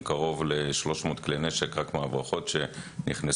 קרוב ל-300 כלי נשק רק מההברחות שנכנסו.